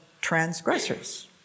transgressors